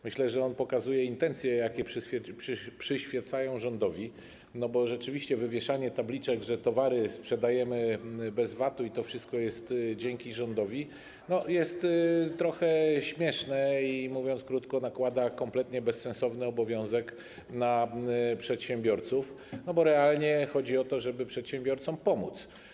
Myślę, że on pokazuje intencje, jakie przyświecają rządowi, bo rzeczywiście wywieszanie tabliczek, że towary sprzedajemy bez VAT-u - i to wszystko jest dzięki rządowi - jest trochę śmieszne i, mówiąc krótko, nakłada kompletnie bezsensowny obowiązek na przedsiębiorców, bo realnie chodzi o to, żeby przedsiębiorcom pomóc.